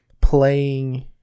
playing